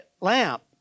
lamp